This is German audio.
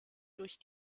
durch